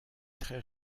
très